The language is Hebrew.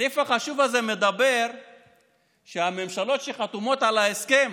הסעיף החשוב הזה אומר שהממשלות שחתומות על ההסכם